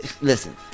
Listen